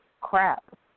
crap